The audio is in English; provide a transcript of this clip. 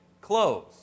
clothes